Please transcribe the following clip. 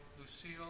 Lucille